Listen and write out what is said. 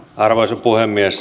arvoisa puhemies